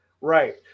right